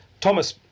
Thomas